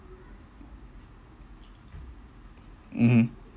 mmhmm